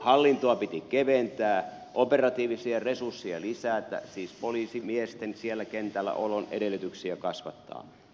hallintoa piti keventää operatiivisia resursseja lisätä siis poliisimiesten kentälläolon edellytyksiä kasvattaa